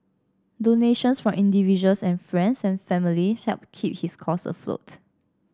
donations from individuals and friends and family helped keep his cause afloat